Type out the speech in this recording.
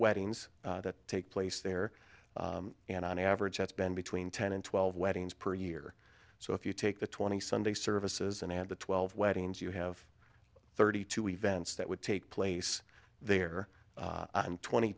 weddings that take place there and on average has been between ten and twelve weddings per year so if you take the twenty sunday services in and the twelve weddings you have thirty two events that would take place there and twenty